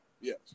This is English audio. Yes